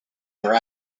their